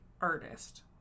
artist